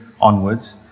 onwards